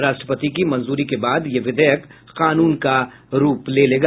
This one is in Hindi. राष्ट्रपति की मंजूरी के बाद यह विधेयक कानून का रूप ले लेगा